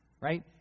Right